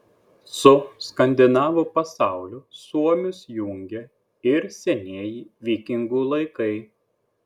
su skandinavų pasauliu suomius jungia ir senieji vikingų laikai